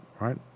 right